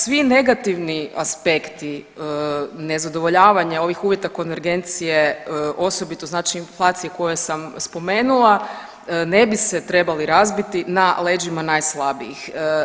Svi negativni aspekti nezadovoljavanja ovih uvjeta konvergencije, osobito znači inflacije koje sam spomenula, ne bi se trebali razbiti na leđima najslabijih.